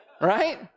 Right